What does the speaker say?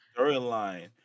Storyline